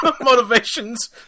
motivations